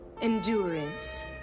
endurance